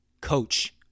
coach